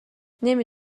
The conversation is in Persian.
نمی